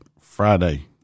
Friday